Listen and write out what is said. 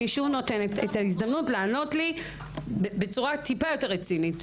אני שוב נותנת את ההזדמנות בצורה יותר רצינית.